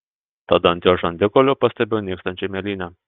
tada ant jo žandikaulio pastebiu nykstančią mėlynę